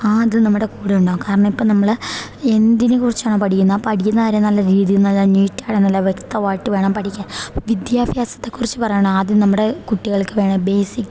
ആ ഇതും നമ്മുടെ കൂടെ ഉണ്ടാവും കാരണം ഇപ്പം നമ്മൾ എന്തിനെക്കുറിച്ചാണ് പഠിക്കുന്നത് ആ പഠിക്കുന്ന കാര്യം നല്ല രീതിയിൽ നല്ല നീറ്റായിട്ട് നല്ല വ്യക്തമായിട്ട് വേണം പഠിക്കാൻ വിദ്യാഭ്യാസത്തെക്കുറിച്ച് പറയുകയാണേൽ നമ്മുടെ കുട്ടികൾക്ക് വേണം ബേസിക്